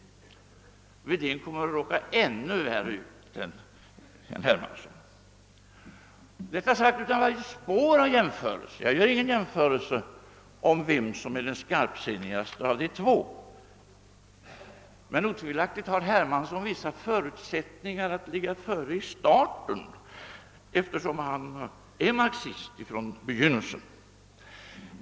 Herr Wedén kommer att råka ännu värre ut än herr Hermansson. Detta säger jag utan ett spår av jämförelse. Jag vet inte vem som är den skarpsinnigaste av de två, men otvivelaktigt har herr Hermansson vissa förutsättningar att ligga före i starten, eftersom han är marxist från begynnelsen.